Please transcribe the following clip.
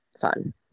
fun